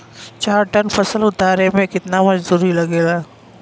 चार टन फसल उतारे में कितना मजदूरी लागेला?